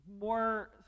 more